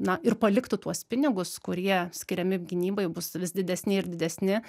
na ir paliktų tuos pinigus kurie skiriami gynybai bus vis didesni ir didesni